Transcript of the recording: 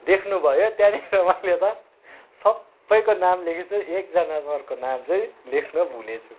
देख्नुभयो त्यहाँनिर मैले त सबैको नाम लेखेछु एकजना सरको नाम चाहिँ लेख्नु भुलेछु